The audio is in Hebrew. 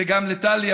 וגם לטלי,